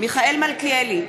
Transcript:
מיכאל מלכיאלי,